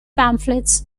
pamphlets